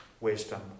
wisdom